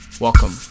Welcome